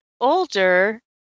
older